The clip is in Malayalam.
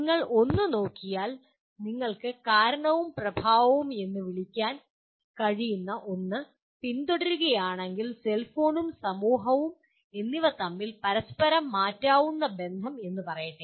നിങ്ങൾ ഒന്ന് നോക്കിയാൽ നിങ്ങൾക്ക് കാരണവും പ്രഭാവവും എന്ന് വിളിക്കാൻ കഴിയുന്ന ഒന്ന് പിൻതുടരുകയാണെങ്കിൽ സെൽഫോണും സമൂഹവും എന്നിവ തമ്മിൽ പരസ്പരം മാറ്റാവുന്ന ബന്ധം എന്ന് പറയട്ടെ